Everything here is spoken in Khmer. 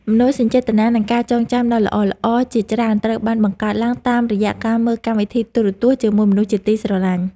មនោសញ្ចេតនានិងការចងចាំដ៏ល្អៗជាច្រើនត្រូវបានបង្កើតឡើងតាមរយៈការមើលកម្មវិធីទូរទស្សន៍ជាមួយមនុស្សជាទីស្រឡាញ់។